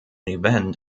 event